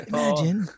Imagine